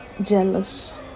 jealous